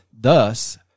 thus